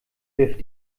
wirft